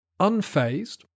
Unfazed